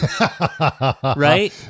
Right